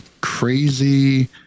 crazy